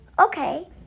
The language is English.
Okay